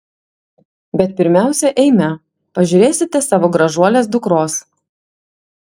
bet pirmiausia eime pažiūrėsite savo gražuolės dukros